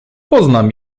poznam